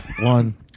one